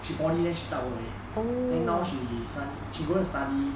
she poly then she start work already then now she study she go and study